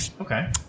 Okay